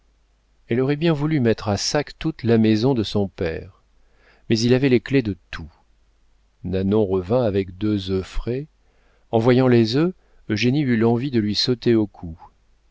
elle aurait bien voulu mettre à sac toute la maison de son père mais il avait les clefs de tout nanon revint avec deux œufs frais en voyant les œufs eugénie eut l'envie de lui sauter au cou